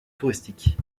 touristiques